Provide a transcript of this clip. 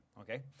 Okay